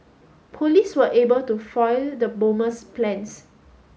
police were able to foil the bomber's plans